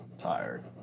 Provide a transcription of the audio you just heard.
Tired